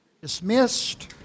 Dismissed